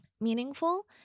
meaningful